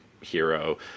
hero